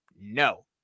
No